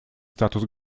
статус